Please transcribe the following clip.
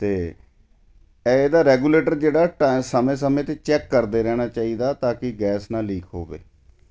ਅਤੇ ਇਹਦਾ ਰੈਗੂਲੇਟਰ ਜਿਹੜਾ ਟ ਸਮੇਂ ਸਮੇਂ 'ਤੇ ਚੈੱਕ ਕਰਦੇ ਰਹਿਣਾ ਚਾਹੀਦਾ ਤਾਂ ਕਿ ਗੈਸ ਨਾ ਲੀਕ ਹੋਵੇ